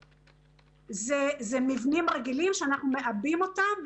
אלו מבנים רגילים שאנחנו מעבים אותם,